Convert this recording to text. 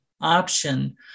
option